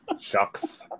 Shucks